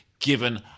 given